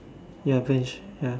ya bench ya